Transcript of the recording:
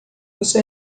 você